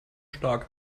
stark